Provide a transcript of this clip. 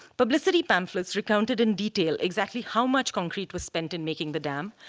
publicity pamphlets recounted in detail exactly how much concrete was spent in making the dam,